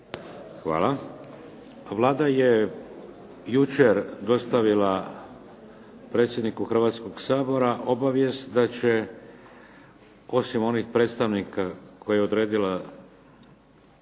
Hvala. Vlada je jučer dostavila predsjedniku Hrvatskog sabora obavijest da će osim onih predstavnika koje je odredila u prvotnom dopisu